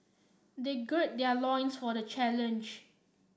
they gird their loins for the challenge